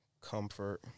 Comfort